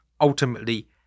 ultimately